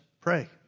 Pray